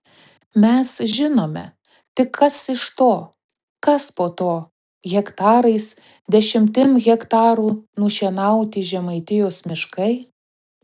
mes žinome tik kas iš to kas po to hektarais dešimtim hektarų nušienauti žemaitijos miškai